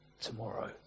tomorrow